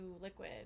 liquid